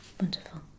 Wonderful